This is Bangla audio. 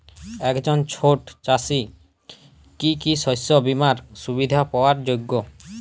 একজন ছোট চাষি কি কি শস্য বিমার সুবিধা পাওয়ার যোগ্য?